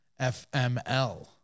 fml